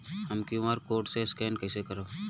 हम QR code scan कइसे करब?